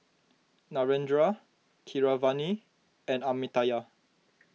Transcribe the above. Narendra Keeravani and Amartya